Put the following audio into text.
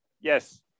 yes